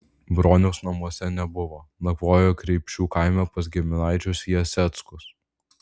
broniaus namuose nebuvo nakvojo kreipšių kaime pas giminaičius jaseckus